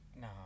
No